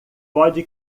pode